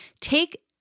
take